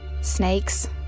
Snakes